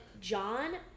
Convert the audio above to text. John